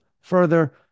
further